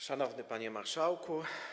Szanowny Panie Marszałku!